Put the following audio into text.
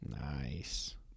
Nice